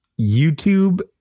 YouTube